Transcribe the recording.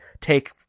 take